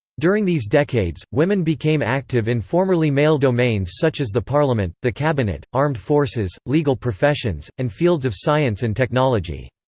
during these decades, women became active in formerly male domains such as the parliament, the cabinet, armed forces, legal professions, and fields of science and technology.